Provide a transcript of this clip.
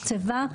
עדיין לא תוקצבה,